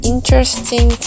interesting